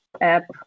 app